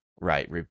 Right